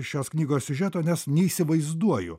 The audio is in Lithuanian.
šios knygos siužeto nes neįsivaizduoju